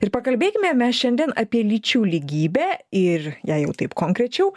ir pakalbėkime mes šiandien apie lyčių lygybę ir jei jau taip konkrečiau